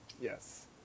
Yes